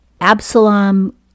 Absalom